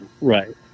right